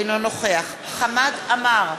אינו נוכח חמד עמאר,